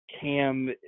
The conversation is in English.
Cam